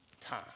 time